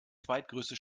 zweitgrößte